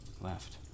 left